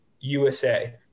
usa